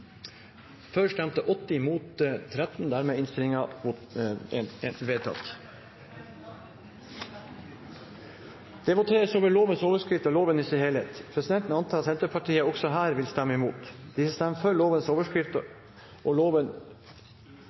Jeg stemte feil. Siden det er flere representanter som har stemt feil, tar vi voteringen på nytt. Det voteres over lovens overskrift og loven i sin helhet. Presidenten antar at Senterpartiet også her vil stemme